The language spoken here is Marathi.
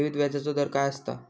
ठेवीत व्याजचो दर काय असता?